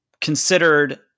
considered